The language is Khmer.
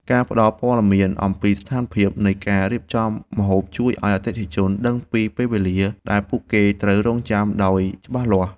ការផ្ដល់ព័ត៌មានអំពីស្ថានភាពនៃការរៀបចំម្ហូបជួយឱ្យអតិថិជនដឹងពីពេលវេលាដែលពួកគេត្រូវរង់ចាំដោយច្បាស់លាស់។